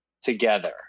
together